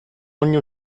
ogni